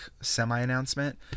semi-announcement